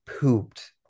pooped